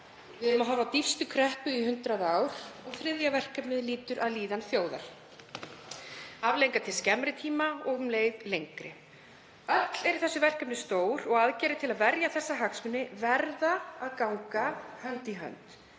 við erum að horfa á dýpstu kreppu í 100 ár; og þriðja verkefnið lýtur að líðan þjóðar, afleiðingum til skemmri tíma og um leið lengri. Öll eru þessi verkefni stór og aðgerðir til að verja þessa hagsmuni verða að ganga hönd í hönd.